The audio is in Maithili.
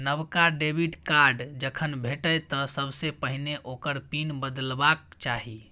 नबका डेबिट कार्ड जखन भेटय तँ सबसे पहिने ओकर पिन बदलबाक चाही